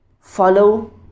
follow